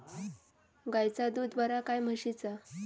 गायचा दूध बरा काय म्हशीचा?